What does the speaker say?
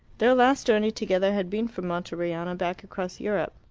their last journey together had been from monteriano back across europe.